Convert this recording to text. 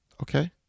Okay